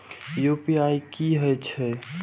UPI की हेछे?